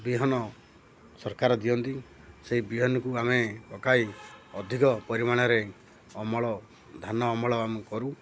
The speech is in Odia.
ବିହନ ସରକାର ଦିଅନ୍ତି ସେଇ ବିହନକୁ ଆମେ ପକାଇ ଅଧିକ ପରିମାଣରେ ଅମଳ ଧାନ ଅମଳ ଆମେ କରୁ